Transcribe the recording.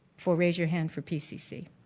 for raise your hand for pcc.